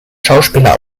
schauspieler